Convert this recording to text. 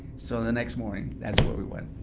so the next morning, that's where we went.